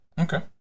Okay